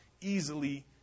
easily